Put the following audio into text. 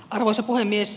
arvoisa puhemies